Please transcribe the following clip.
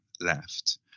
left